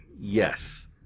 Yes